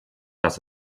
dass